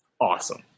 Awesome